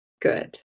Good